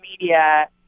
media